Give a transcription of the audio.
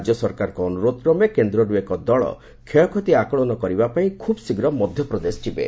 ରାଜ୍ୟ ସରକାରଙ୍କ ଅନୁରୋଧକ୍ରମେ କେନ୍ଦ୍ରରୁ ଏକ ଦଳ କ୍ଷୟକ୍ଷତି ଆକଳନ କରିବା ପାଇଁ ଖୁବ୍ ଶୀଘ୍ର ମଧ୍ୟପ୍ରଦେଶ ଯିବେ